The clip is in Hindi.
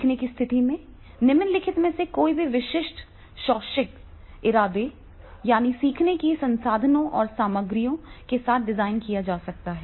सीखने की स्थिति में निम्नलिखित में से कोई भी विशिष्ट शैक्षणिक इरादों यानी सीखने के संसाधनों और सामग्रियों के साथ डिज़ाइन किया जा सकता है